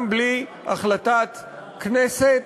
גם בלי החלטת כנסת.